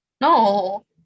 No